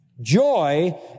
Joy